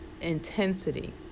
intensity